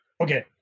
Okay